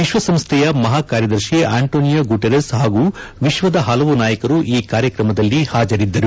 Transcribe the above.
ವಿಶ್ವಸಂಸ್ಣೆಯ ಮಹಾಕಾರ್ಯದರ್ಶಿ Antonio Guterres ಹಾಗೂ ವಿಶ್ವದ ಹಲವು ನಾಯಕರು ಈ ಕಾರ್ಯಕ್ರಮದಲ್ಲಿ ಹಾಜರಿದ್ದರು